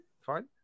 Fine